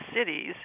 cities